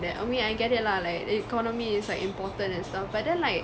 that I mean I get it lah like the economy is like important and stuff but then like